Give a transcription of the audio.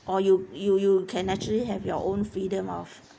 or you you you can actually have your own freedom of